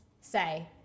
say